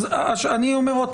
אני אומר עוד פעם,